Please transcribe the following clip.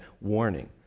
warning